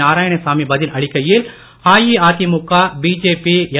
நாராயணசாமி பதில் அளிக்கையில் அஇஅதிமுக பிஜேபி என்